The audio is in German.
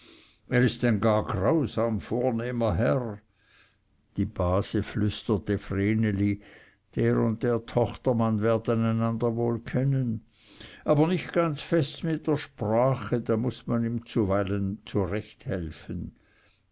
es ist ein gar grausam vornehmer herr die base flüsterte vreneli der und der tochtermann werden einander wohl kennen aber nicht ganz fest mit der sprache da muß man ihm zuweilen